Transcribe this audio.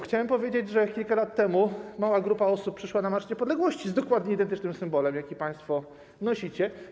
Chciałem powiedzieć, że kilka lat temu mała grupa osób przyszła na Marsz Niepodległości z dokładnie identycznym symbolem, jaki państwo nosicie.